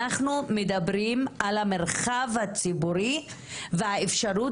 אנחנו מדברים על המרחב הציבורי והאפשרות